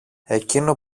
εκείνο